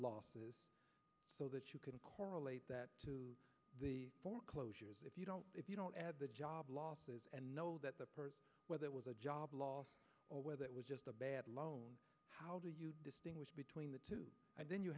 losses so that you can correlate that foreclosures if you don't if you don't add the job losses and know that the person whether it was a job loss or whether it was just a bad loan how do you distinguish between the two then you